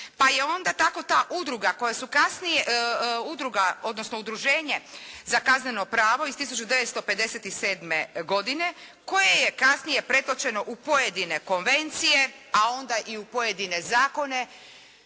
koja su kasnije, udruga, odnosno udruženje za kazneno pravo iz 1957. godine koje je kasnije pretočeno u pojedine konvencije, a onda i u pojedine zakona